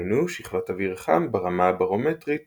דהיינו שכבת אוויר חם ברמה הברומטרית